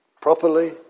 properly